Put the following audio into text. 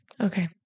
Okay